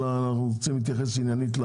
אלא אנחנו רוצים להתייחס עניינית.